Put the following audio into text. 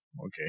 Okay